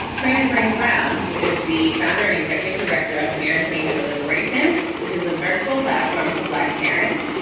trina green brown, who is the founder and executive director of parenting for liberacion. which is a virtual platform for black parents.